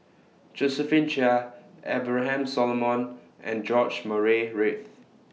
Josephine Chia Abraham Solomon and George Murray Reith